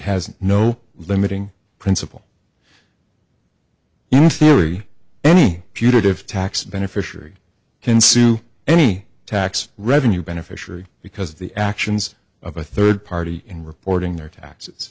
has no limiting principle really any putative tax beneficiary consume any tax revenue beneficiary because of the actions of a third party in reporting their taxes